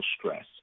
stress